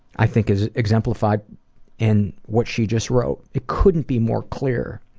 i think is exemplified in what she just wrote. it couldn't be more clear.